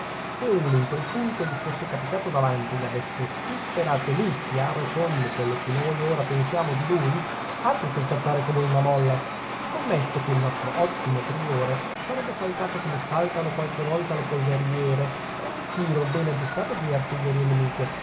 se uno in quel punto gli fosse capitato davanti e gli avesse spifferato lì chiaro e tondo quello che noi ora pensiamo di lui altro che scattare come una molla scommetto che il nostro ottimo priore sarebbe saltato come saltano qualche volta le polveriere per un tiro bene aggiustato di artiglierie nemiche